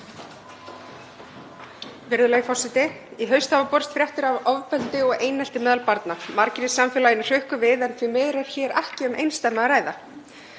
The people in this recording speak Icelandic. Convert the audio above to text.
Virðulegi forseti. Í haust hafa borist fréttir af ofbeldi og einelti meðal barna. Margir í samfélaginu hrukku við en því miður er hér ekki um einsdæmi að ræða.